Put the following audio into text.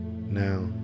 Now